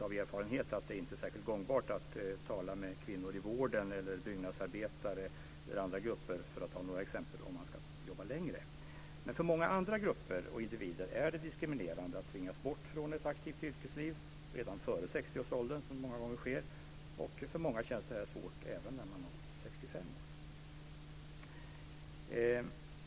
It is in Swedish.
Av erfarenhet vet jag att det inte är särskilt gångbart att tala med kvinnor i vården eller med byggnadsarbetare och andra grupper, för att ta några exempel, om huruvida man ska jobba längre. Men för många andra grupper och individer är det dock diskriminerande att tvingas från ett aktivt yrkesliv redan före 60 års ålder, som många gånger sker. För många känns detta svårt även när man nått 65 år.